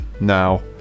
now